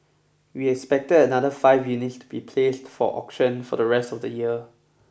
we expected another five units to be placed for auction for the rest of the year